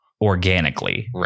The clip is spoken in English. organically